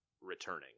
returning